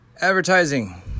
Advertising